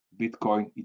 Bitcoin